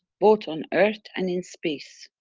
both on earth and in space.